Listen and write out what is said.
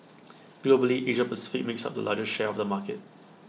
Globally Asia Pacific makes up the largest share of the market